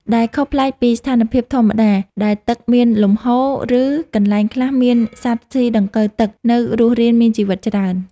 ដែលខុសប្លែកពីស្ថានភាពធម្មតាដែលទឹកមានលំហូរ ឬកន្លែងខ្លះមានសត្វស៊ីដង្កូវទឹកនៅរស់រានមានជីវិតច្រើន។